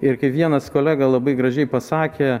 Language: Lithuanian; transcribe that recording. ir kai vienas kolega labai gražiai pasakė